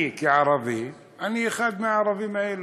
אני כערבי, אני אחד מהערבים האלה,